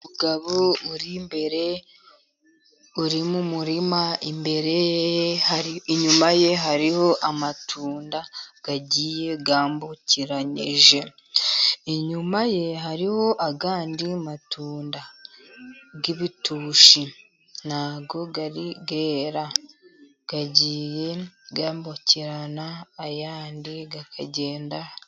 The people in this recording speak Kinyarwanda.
Umugabo uri imbere, uri mu murima, inyuma ye hariho amatunda agiye yambukiranyije, inyuma ye hariho ayandi matunda, y'ibitushi ntabwo yari yera. Agiye yambukirana, ayandi akagenda...